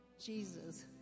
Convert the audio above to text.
Jesus